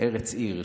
"ארץ עיר".